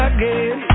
Again